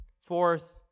Fourth